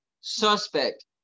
suspect